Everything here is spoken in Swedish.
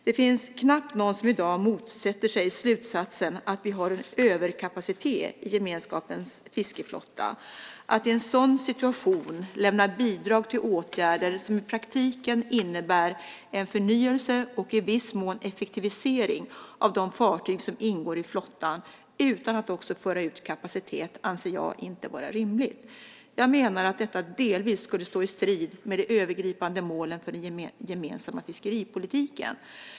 Det finns knappt någon som i dag motsätter sig slutsatsen att vi har en överkapacitet i gemenskapens fiskeflotta. Att i en sådan situation lämna bidrag till åtgärder som i praktiken innebär en förnyelse och i viss mån effektivisering av de fartyg som ingår i flottan utan att också föra ut kapacitet anser jag inte vara rimligt. Jag menar att detta delvis skulle stå i strid med de övergripande målen för den gemensamma fiskeripolitiken.